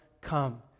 come